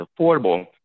affordable